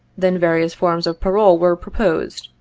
then various forms of parole were proposed,